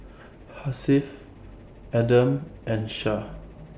Hasif Adam and Shah